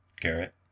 Garrett